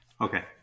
Okay